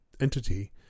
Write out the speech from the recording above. entity